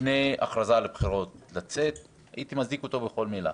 לפני הכרזה על בחירות לצאת הייתי מצדיק אותו בכל מילה.